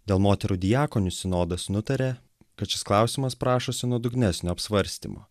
dėl moterų diakonių sinodas nutarė kad šis klausimas prašosi nuodugnesnio apsvarstymo